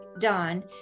done